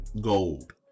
gold